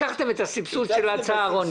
לקחתם את הסבסוד של הצהרונים.